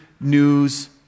news